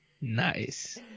nice